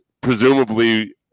presumably